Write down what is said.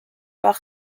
par